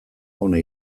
ona